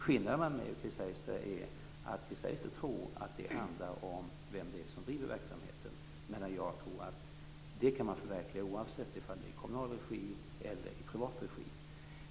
Skillnaden mellan Chris Heister och mig är att Chris Heister tror att det handlar om vem som driver verksamheten, medan jag tror att det här kan förverkligas oavsett om det är i kommunal regi eller om det är i privat regi.